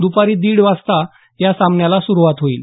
द्रपारी दीड वाजता या सामन्याला सुरुवात होईल